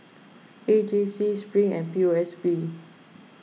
A J C Spring and P O S B